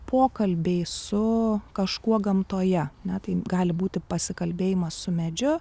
pokalbiai su kažkuo gamtoje ne taip gali būti pasikalbėjimas su medžiu